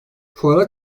fuara